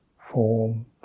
form